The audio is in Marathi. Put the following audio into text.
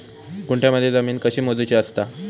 गुंठयामध्ये जमीन कशी मोजूची असता?